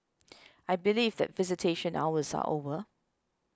I believe that visitation hours are over